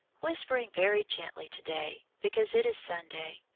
whispering very gently to-day, because it is sunday.